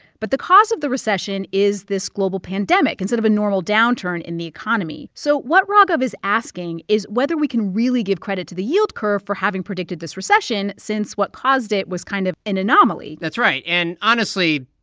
but the cause of the recession is this global pandemic instead of a normal downturn in the economy. so what ragav is asking is whether we can really give credit to the yield curve for having predicted this recession since what caused it was kind of an anomaly that's right. and honestly,